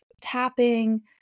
tapping